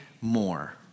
more